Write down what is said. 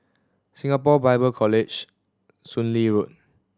Singapore Bible College Soon Lee Road